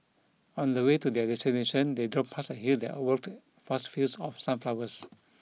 on the way to their destination they drove past a hill that overlooked vast fields of sunflowers